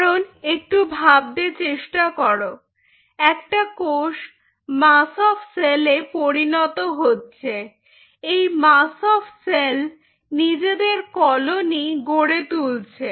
কারণ একটু ভাবতে চেষ্টা করো একটা কোষ মাস অফ সেল পরিণত হচ্ছে এই মাস অফ সেল নিজেদের কলোনি গড়ে তুলছে